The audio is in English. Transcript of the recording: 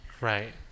right